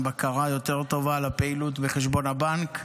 בקרה יותר טובה על הפעילות בחשבון הבנק.